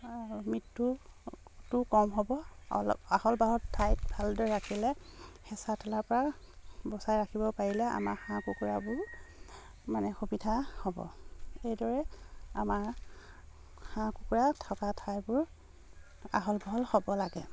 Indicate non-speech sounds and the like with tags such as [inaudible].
আৰু মৃত্যুটো কম হ'ব অলপ আহল [unintelligible] ঠাইত ভালদৰে ৰাখিলে হেঁচা ঠেলাৰ পৰা বচাই ৰাখিব পাৰিলে আমাৰ হাঁহ কুকুৰাবোৰ মানে সুবিধা হ'ব এইদৰে আমাৰ হাঁহ কুকুৰা থকা ঠাইবোৰ আহল বহল হ'ব লাগে